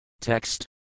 Text